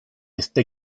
está